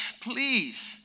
please